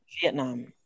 Vietnam